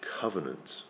covenant